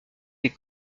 des